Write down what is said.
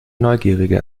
neugierige